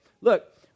look